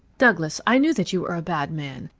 douglas, i knew that you were a bad man.